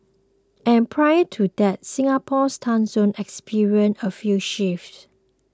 and prior to that Singapore's time zone experienced a few shifts